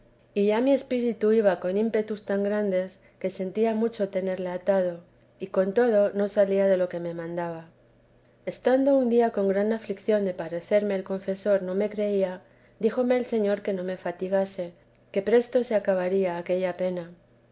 tenía ya mi espíritu iba con ímpetus tan grandes que sentía mucho tenerlo atado y con todo no salía de lo que él me mandaba estando un día con grande aflicción de parecerme el confesor no me creía díjome el señor que no me fatigase que presto se acabaría aquella pena